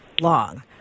long